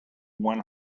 one